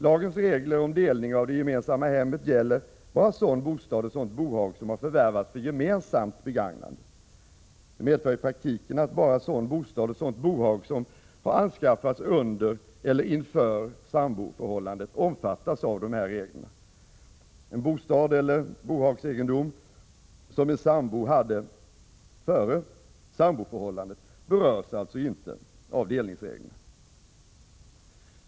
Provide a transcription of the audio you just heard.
Lagens regler om delning av det gemensamma hemmet gäller endast sådan bostad som har förvärvats för gemensamt begagnande. Det medför i praktiken att bara sådan bostad och sådant bohag som anskaffats under eller inför samboförhållandet omfattas av dessa regler. Den bostad eller bohagsegendom som en sambo haft före samboförhållandet berörs alltså inte av delningsreglerna.